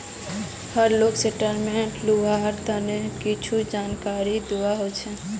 हर loan statement लुआर तने कुछु जानकारी दुआ होछे